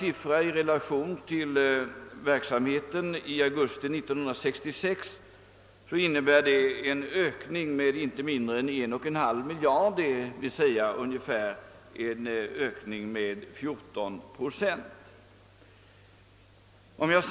I relation till verksamheten i augusti 1966 innebär denna siffra en ökning med inte mindre än 1,5 miljard kronor, d. v. s. med ungefär 14 procent.